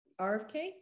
RFK